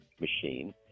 machine